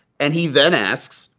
and he then asks,